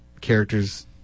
characters